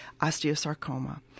osteosarcoma